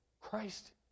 Christ